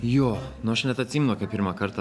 jo nu aš net atsimenu kai pirmą kartą